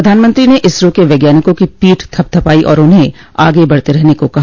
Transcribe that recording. प्रधानमंत्री ने इसरो के वैज्ञानिकों की पीठ थपथपाई और उन्हें आगे बढ़ते रहने को कहा